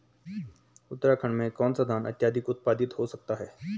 उत्तराखंड में कौन सा धान अत्याधिक उत्पादित हो सकता है?